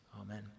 Amen